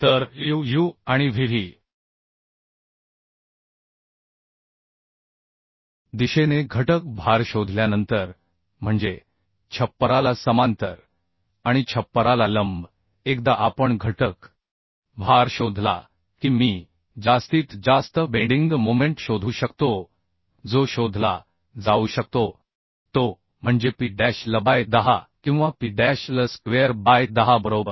तर UUआणि VV दिशेने घटक भार शोधल्यानंतर म्हणजे छप्पराला समांतर आणि छप्पराला लंब एकदा आपण घटक भार शोधला की मी जास्तीत जास्त बेंडिंग मोमेंट शोधू शकतो जो शोधला जाऊ शकतो तो म्हणजेp डॅश lबाय 10 किंवा p dash l square by 10 बरोबर